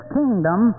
kingdom